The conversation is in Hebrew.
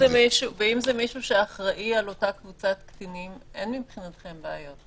ואם זה מישהו שאחראי על אותה קבוצת קטינים אין מבחינתכם בעיה.